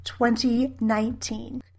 2019